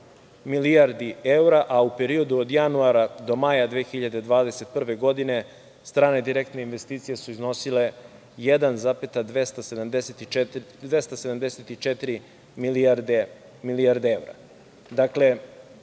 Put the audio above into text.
milijardi evra, a u periodu od januara do maja 2021. godine strane direktne investicije su iznosile 1,274 milijarde evra. Dakle,